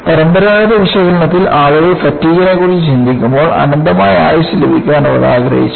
പരമ്പരാഗത വിശകലനത്തിൽ ആളുകൾ ഫാറ്റിഗ്നെക്കുറിച്ച് ചിന്തിക്കുമ്പോൾ അനന്തമായ ആയുസ്സു ലഭിക്കാൻ അവർ ആഗ്രഹിച്ചു